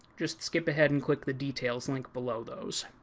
just skip ahead and click the details link below those.